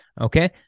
Okay